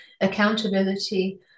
accountability